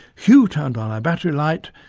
hugh turned on our battery light,